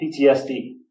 PTSD